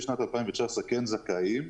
עסקים שהוקמו בשנת 2019 כן זכאים.